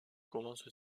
commence